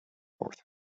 forth